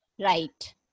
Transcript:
Right